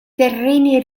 terreni